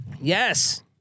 Yes